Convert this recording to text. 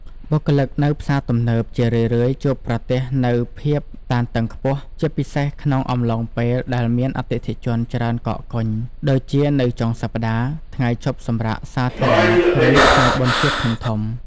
បុគ្គលិកនៅផ្សារទំនើបជារឿយៗជួបប្រទះនូវភាពតានតឹងខ្ពស់ ជាពិសេសក្នុងអំឡុងពេលដែលមានអតិថិជនច្រើនកកកុញ ដូចជានៅចុងសប្តាហ៍ ថ្ងៃឈប់សម្រាកសាធារណៈ ឬថ្ងៃបុណ្យជាតិធំៗ។